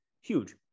huge